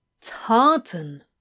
tartan